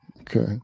Okay